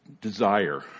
desire